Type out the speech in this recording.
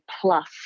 plus